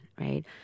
right